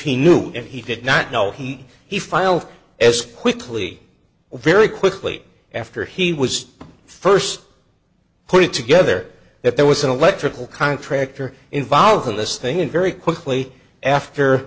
he knew if he did not know he he filed as quickly very quickly after he was st put together if there was an electrical contractor involved in this thing and very quickly after